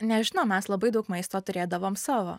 nežinau mes labai daug maisto turėdavom savo